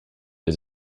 der